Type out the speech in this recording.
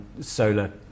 solar